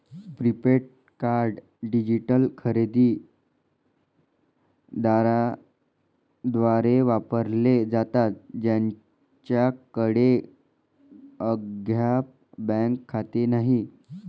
prepaid card digital खरेदी दारांद्वारे वापरले जातात ज्यांच्याकडे अद्याप बँक खाते नाही